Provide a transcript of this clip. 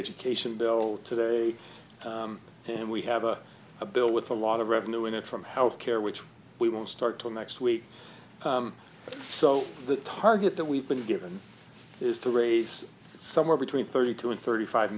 education bill today and we have a a bill with a lot of revenue in it from health care which we won't start till next week so the target that we've been given is to raise somewhere between thirty two and thirty five